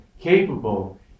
capable